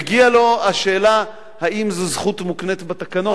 מגיע לו, השאלה האם זו זכות מוקנית בתקנון.